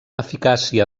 eficàcia